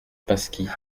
pasquis